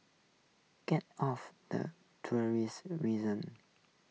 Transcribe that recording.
get off the tourist reason